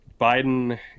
Biden